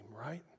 right